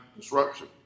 disruption